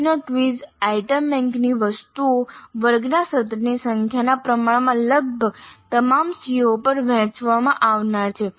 પ્રશ્ન quiz item બેંકની વસ્તુઓ વર્ગના સત્રની સંખ્યાના પ્રમાણમાં લગભગ તમામ CO પર વહેંચવામાં આવનાર છે